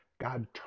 God